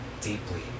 deeply